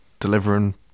delivering